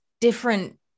different